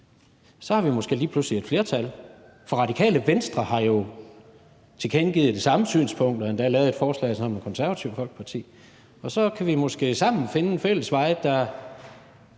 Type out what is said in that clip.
så har vi måske lige pludselig et flertal, for Radikale Venstre har jo tilkendegivet det samme synspunkt og har endda lavet et forslag sammen med Det Konservative Folkeparti. Og så kan vi måske sammen finde en fælles vej, der